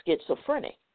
schizophrenic